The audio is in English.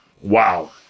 Wow